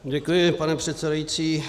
Děkuji, pane předsedající.